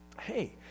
Hey